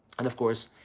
and of course,